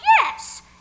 yes